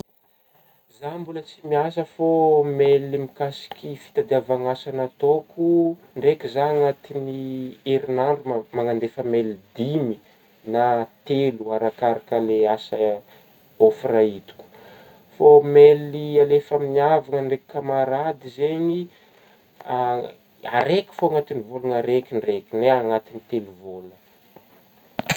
Zah mbôla tsy miasa fô mail mikasika fitadiavagna asa nataoko ndraiky zah anatigny herinandro ma-manandefa mailigny dimy na telo arakaraka le asa a offre hitako, fô maily alefa amin'gny havagna ndraiky kamarady zegny araiky fô anatigny vôlagna raiky ndraiky na anatin'gny telo vôla.